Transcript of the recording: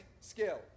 skill